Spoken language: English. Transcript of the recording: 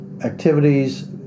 activities